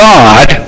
God